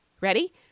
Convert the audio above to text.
Ready